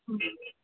ಹ್ಞೂ